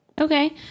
okay